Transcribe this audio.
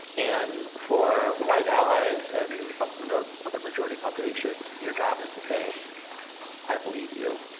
and for white allies and other and other majority populations your job is to say i believe you.